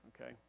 okay